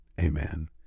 Amen